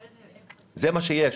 זה מה שיש.